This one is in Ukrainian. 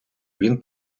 він